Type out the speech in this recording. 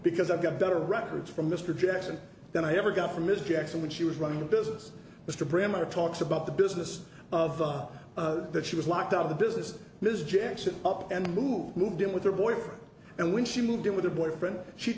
because i've got better records from mr jackson than i ever got from mr jackson when she was running a business mr bremmer talks about the business of that she was locked out of the business liz jackson up and moved in with her boyfriend and when she moved in with her boyfriend she